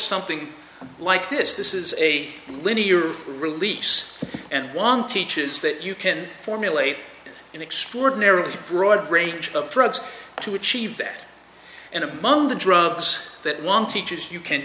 something like this this is a linear release and one teaches that you can formulate an extraordinarily broad range of drugs to achieve that and among the drugs that want teaches you can